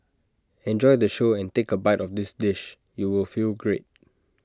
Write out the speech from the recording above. enjoy the show and take A bite of this dish you will feel great